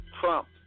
Trump